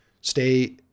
stay